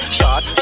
Shot